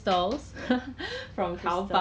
then 你是做 part time 还是 full full time